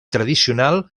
tradicional